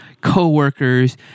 coworkers